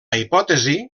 hipòtesi